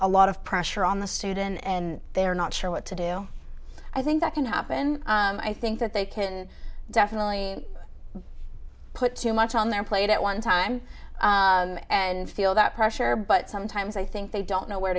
a lot of pressure on the student and they are not sure what to do i think that can happen i think that they can definitely put too much on their plate at one time and feel that pressure but sometimes i think they don't know where